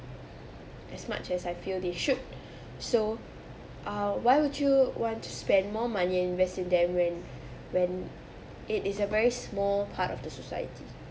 as much as I feel they should so uh why would you want to spend more money and invest in them when when it is a very small part of the society